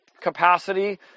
capacity